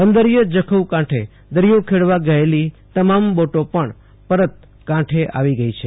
બંદરિય જખૌ કાંઠે દરિયો ખેડવા ગયેલી તમામ બોટો પણ પરત કાંઠે આવી ગઈ છે